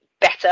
better